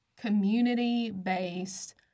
community-based